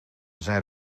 zijn